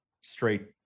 straight